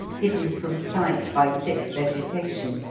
hidden from sight by thick vegetation.